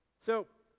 so,